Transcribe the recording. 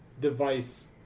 device